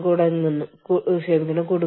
ഇത് ഓരോ രാജ്യത്തിനും വ്യത്യസ്തമാണ്